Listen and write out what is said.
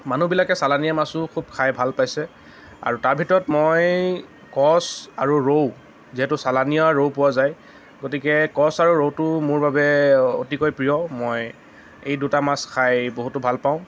মানুহবিলাকে চালানীয়া মাছো খুব খাই ভাল পাইছে আৰু তাৰ ভিতৰত মই কচ আৰু ৰৌ যিহেতু চালানীয়া আৰু ৰৌ পোৱা যায় গতিকে কচ আৰু ৰৌটো মোৰ বাবে অতিকৈ প্ৰিয় মই এই দুটা মাছ খাই বহুতো ভাল পাওঁ